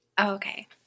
Okay